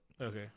Okay